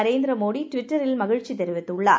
நரே ந்திரமோடி ட்விட்டரில்மகிழ்ச்சிதெரிவித்துள்ளார்